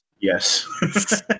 Yes